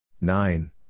Nine